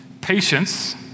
patience